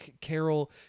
Carol